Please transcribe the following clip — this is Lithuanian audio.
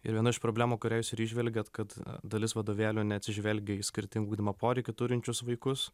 ir viena iš problemų kurią jūs ir įžvelgėt kad dalis vadovėlių neatsižvelgia į skirtingų ugdymo poreikių turinčius vaikus